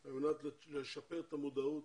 על מנת לשפר את המודעות.